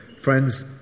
friends